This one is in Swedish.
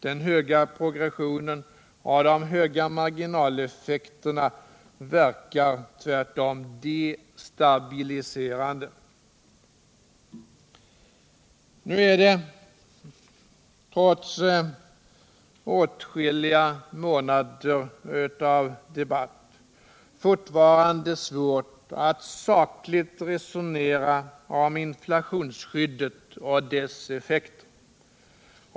Den starka progressionen och de kraftiga marginaleffekterna verkar tvärtom destabiliserande. Trots åtskilliga månaders debatt är det fortfarande svårt att sakligt resonera om inflationsskyddet och dess effekter.